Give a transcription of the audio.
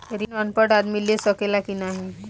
ऋण अनपढ़ आदमी ले सके ला की नाहीं?